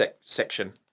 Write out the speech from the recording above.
section